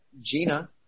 Gina